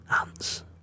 ants